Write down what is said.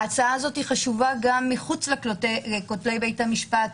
ההצעה הזאת חשובה גם מחוץ לכותלי בית המשפט,